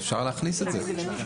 ואפשר להכניס את זה.